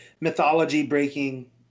mythology-breaking